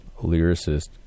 lyricist